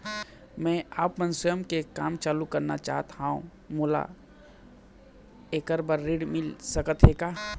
मैं आपमन स्वयं के काम चालू करना चाहत हाव, मोला ऐकर बर ऋण मिल सकत हे का?